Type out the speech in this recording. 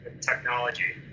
technology